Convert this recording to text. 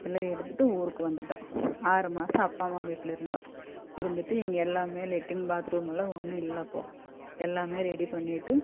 எல்லாம் எடுத்துட்டு ஊருக்கு வந்துட்டோம் ஆறு மாசம் அப்பா அம்மா வீட்டில் இருந்தோம் இருந்துட்டு இங்கே எல்லாமே லெட்டின் பாத்ரூம்லாம் ஒன்றும் இல்லை அப்போது எல்லாமே ரெடி பண்ணிட்டு